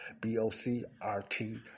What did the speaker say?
B-O-C-R-T